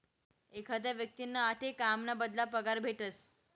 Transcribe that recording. एखादा व्यक्तींना आठे काम ना बदला पगार भेटस